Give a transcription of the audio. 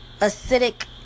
acidic